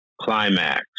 climax